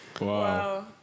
Wow